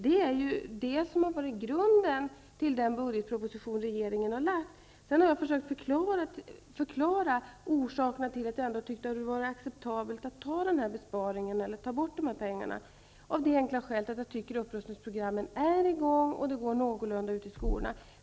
Det har varit grunden till den budgetproposition som regeringen har lagt fram. Sedan har jag försökt förklara orsakerna till att jag ändå tyckt att det har varit acceptabelt att göra den här besparingen och ta bort de här pengarna. Det är av det enkla skälet att jag tycker att upprustningsprogrammen är i gång och att det går någorlunda ute i skolorna.